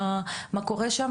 מה קורה שם.